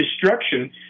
destruction